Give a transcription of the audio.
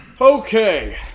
Okay